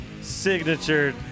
signature